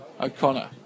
O'Connor